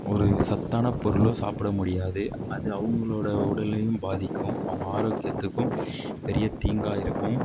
ஒரு சத்தான பொருளோ சாப்பிட முடியாது அது அவங்களோட உடலையும் பாதிக்கும் அவங்க ஆரோக்கியத்துக்கும் பெரிய தீங்காக இருக்கும்